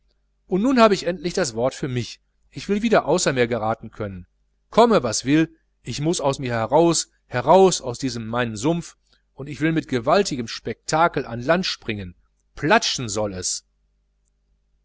und nun hab ich endlich das wort für mich ich will wieder außer mir geraten können komme was will ich muß aus mir heraus heraus aus diesem meinen sumpf und ich will mit gewaltigem spektakel ans land springen platschen soll es